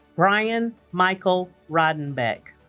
brian micheal rodenbeck